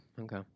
Okay